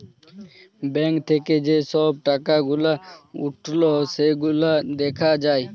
bank থাক্যে যে সব টাকা গুলা উঠল সেগুলা দ্যাখা যায়